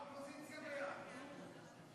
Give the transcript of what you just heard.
אנחנו בעד, גם האופוזיציה בעד, נו.